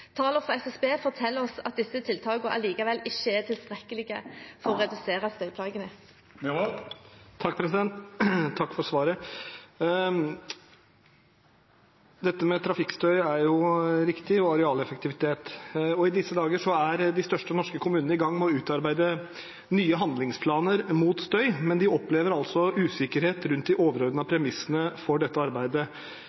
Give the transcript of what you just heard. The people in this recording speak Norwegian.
Tallene fra SSB forteller oss at disse tiltakene allikevel ikke er tilstrekkelig for å redusere støyplagene. Takk for svaret. Dette med trafikkstøy er riktig – og arealeffektivitet. I disse dager er de største norske kommunene i gang med å utarbeide nye handlingsplaner mot støy, men de opplever usikkerhet rundt de